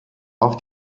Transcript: auf